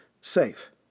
safe